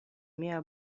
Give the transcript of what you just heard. mia